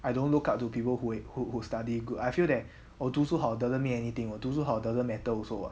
I don't look up to people who who who study good I feel that 我读书好 doesn't mean anything 我读书好 doesn't matter also [what]